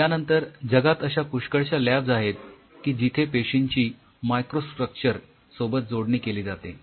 यानंतर जगात अश्या पूष्कळशा लॅब्स आहेत की जिथे पेशींची मायक्रोस्ट्रक्टर सोबत जोडणी केली जाते